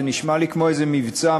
זה נשמע לי כמו איזה מבצע,